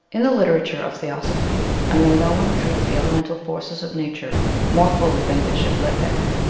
in the literature of theosophy, i know no one who treats the elemental forces of nature more fully than bishop leadbeater,